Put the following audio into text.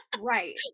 Right